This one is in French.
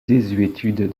désuétude